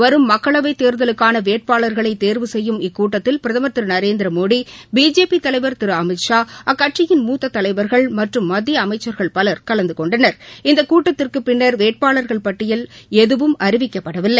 வரும் மக்களவை தேர்தலுக்கான வேட்பாளர்களை தேர்வு செய்யும் இந்தக் கூட்டத்தில் பிரதமர் திரு நரேந்திர மோடி பிஜேபி தலைவர் திரு அமித் ஷா அக்கட்சியின் மூத்த தலைவர்கள் மற்றும் மத்திய அமைச்சர்கள் பலர் கலந்து கொண்டனர் இந்த கூட்டத்திற்கு பிள்ளர் வேட்பாளர்கள் பெயர் பட்டியல் எதுவும் அறிவிக்கப்படவில்லை